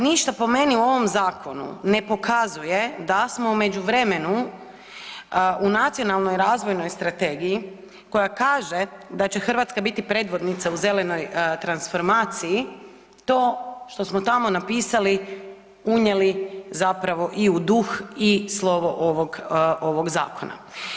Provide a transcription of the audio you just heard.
Ništa po meni u ovom zakonu ne pokazuje da smo u međuvremenu u Nacionalnoj razvojnoj strategiji koja kaže da će Hrvatska biti predvodnica u zelenoj transformaciji, to što smo tamo napisali, unijeli zapravo i u duh i slovo ovog zakona.